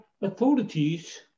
authorities